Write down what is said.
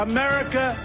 America